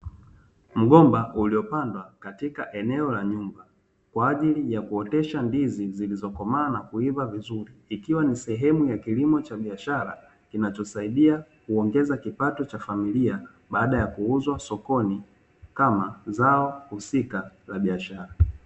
Mgomba iliyopandwa katika eneo la nyumba, kwa ajili ya kuotesha ndizi zilizokomaa na kuiva vizuri, ikiwa nisehemu ya kilimo cha biashara kinachosaidia kuongeza kipato cha familia, baada ya kuuzwa sokoni kama zao husika la biashara.